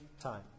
time